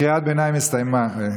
קריאת הביניים הסתיימה.